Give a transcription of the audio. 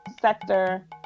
sector